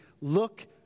look